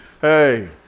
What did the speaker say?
Hey